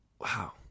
Wow